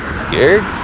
scared